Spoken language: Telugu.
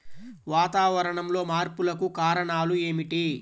వాతావరణంలో మార్పులకు కారణాలు ఏమిటి?